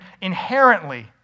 inherently